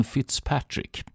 Fitzpatrick